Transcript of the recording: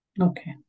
Okay